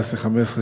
(15),